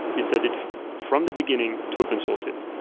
decided from the beginning to open source it.